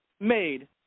made